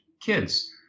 kids